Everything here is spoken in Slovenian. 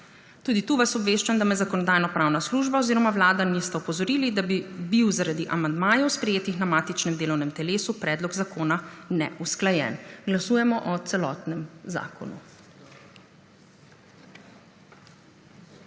Tudi tu vas obveščam, da me Zakonodajno-pravna služba oziroma Vlada nista opozorili, da bi bil zaradi amandmajev, sprejetih na matičnem delovnem telesu, predlog zakona neusklajen. Glasujemo. Navzočih